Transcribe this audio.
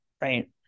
Right